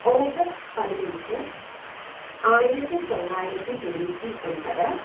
August പതിനഞ്ച് ആയിരത്തി തൊള്ളായിരത്തി തൊണ്ണൂറ്റി ഒൻപത്